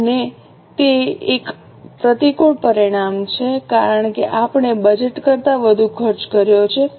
તે એક પ્રતિકૂળ પરિણામ છે કારણ કે આપણે બજેટ કરતાં વધુ ખર્ચ કર્યો છે